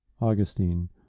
Augustine